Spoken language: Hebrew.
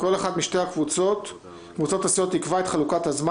כל אחת משתי קבוצות הסיעות תקבע את חלוקת הזמן